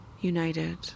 united